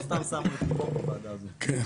לא סתם שמו את לימור בוועדה הזאת.